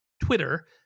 Twitter